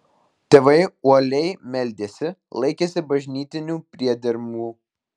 tėvai uoliai meldėsi laikėsi bažnytinių priedermių